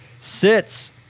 Sits